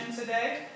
today